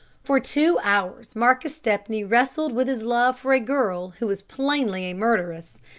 for two hours marcus stepney wrestled with his love for a girl who was plainly a murderess,